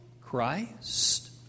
Christ